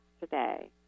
today